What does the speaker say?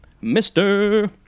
mister